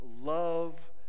love